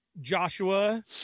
Joshua